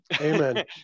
amen